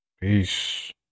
Peace